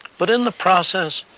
but in the process,